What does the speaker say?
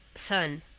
son,